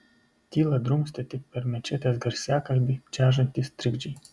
tylą drumstė tik per mečetės garsiakalbį čežantys trikdžiai